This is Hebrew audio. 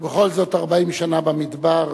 ובכל זאת 40 שנה במדבר,